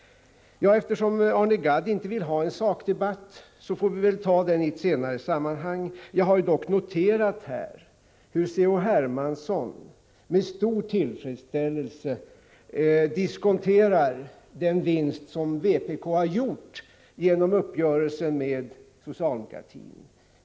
Eftersom Arne Gadd inte vill föra en sakdebatt får vi väl göra det i ett senare sammanhang. Jag har dock noterat hur C.-H. Hermansson med stor tillfredsställelse diskonterar den vinst som vpk har gjort genom uppgörelsen med socialdemokratin.